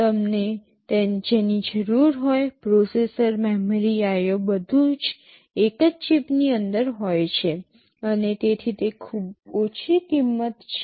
તમને જેની જરૂર હોય પ્રોસેસર મેમરી IO બધું જ એક જ ચિપની અંદર છે અને તેથી તે ખૂબ ઓછી કિંમત છે